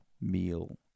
meal